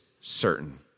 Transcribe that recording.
certain